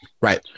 Right